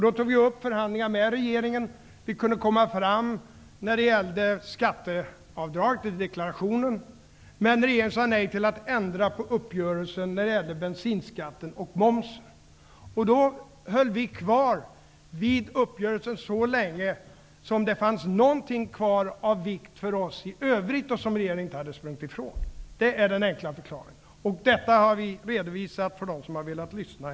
Då tog vi upp förhandlingar med regeringen. Vi kunde komma överens om skatteavdraget vid deklarationen. Men regeringen sade nej till att ändra på uppgörelsen om bensinskatten och momsen. Då höll vi kvar vid uppgörelsen så länge det fanns något kvar av vikt för oss i övrigt som regeringen inte hade sprungit ifrån. Det är den enkla förklaringen. Detta har vi redovisat tidigare för dem som har velat lyssna.